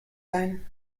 sein